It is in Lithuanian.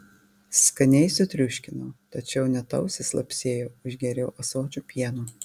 skaniai sutriuškinau tašiau net ausys lapsėjo užgėriau ąsočiu pieno